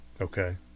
Okay